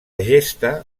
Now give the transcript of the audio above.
gesta